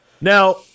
Now